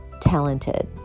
talented